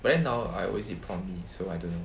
but then now I always eat prawn mee so I don't know